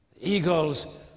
Eagles